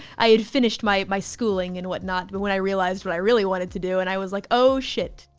i had finished my my schooling and whatnot, but when i realized what i really wanted to do, and i was like, oh, shit,